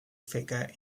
figure